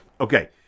okay